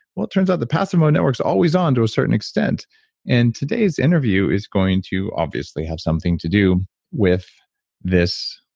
well, it turns out the passive mode network's always on to a certain extent and today's interview is going to obviously have something to do with this